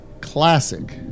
classic